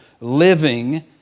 living